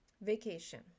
Vacation